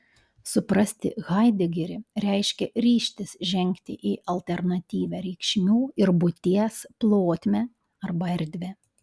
suprasti haidegerį reiškia ryžtis žengti į alternatyvią reikšmių ir būties plotmę arba erdvę